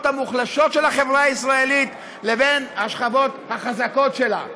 המוחלשות של החברה הישראלית לבין השכבות החזקות שלה.